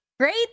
Great